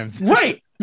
Right